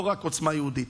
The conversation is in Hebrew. לא רק עוצמה יהודית,